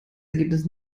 ergebnis